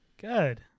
Good